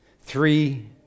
three